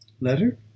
Letter